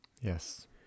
Yes